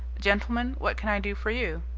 gentlemen, what can i do for you?